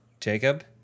Jacob